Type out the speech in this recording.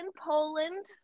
Poland